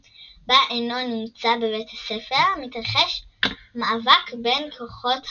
אינו נמצא בבית הספר, מתרחש מאבק בין כוחות הטוב,